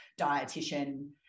dietitian